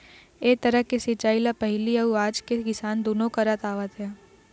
ए तरह के सिंचई ल पहिली अउ आज के किसान दुनो करत आवत हे